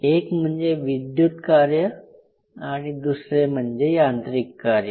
एक म्हणजे विद्युत कार्य आणि दुसरे म्हणजे यांत्रिक कार्य